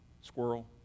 squirrel